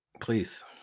Please